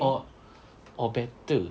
or or better